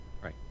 Right